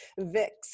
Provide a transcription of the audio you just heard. vix